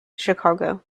chicago